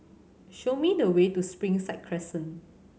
show me the way to Springside Crescent